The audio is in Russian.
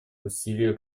усилия